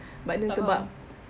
tak faham